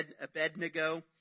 Abednego